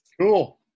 Cool